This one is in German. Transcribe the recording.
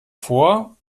vor